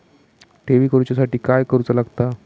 ठेवी करूच्या साठी काय करूचा लागता?